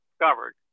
discovered